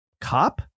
cop